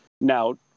Now